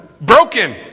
broken